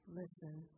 listen